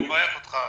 השם יברך אותך.